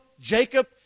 Jacob